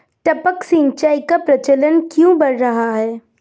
टपक सिंचाई का प्रचलन क्यों बढ़ रहा है?